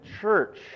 church